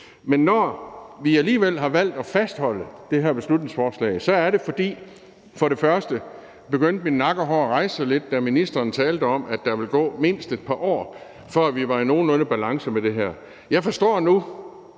men vi har alligevel valgt at fastholde det her beslutningsforslag. Og først og fremmest må jeg sige, at mine nakkehår begyndte at rejse sig lidt, da ministeren talte om, at der ville gå mindst et par år, før vi var kommet i nogenlunde balance med det her. Jeg forstår nu,